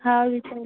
हा विचारीन